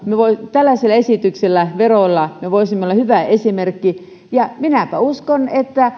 tällaisella esityksellä ja verolla me voisimme olla hyvä esimerkki ja minäpä uskon että